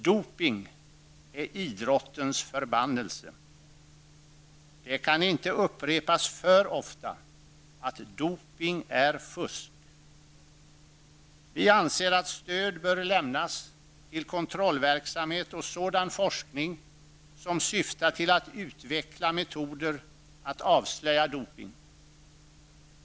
Dopning är idrottens förbannelse. Det kan inte upprepas för ofta att dopning är fusk. Vi anser att stöd bör lämnas till kontrollverksamhet och sådan forskning som syftar till att utveckla metoder att avslöja doping.